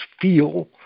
feel